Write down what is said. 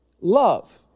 love